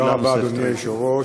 תודה רבה, אדוני היושב-ראש.